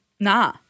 Nah